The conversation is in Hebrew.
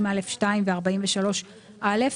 40א(2) ו-43א,